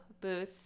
booth